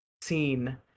seen